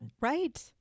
Right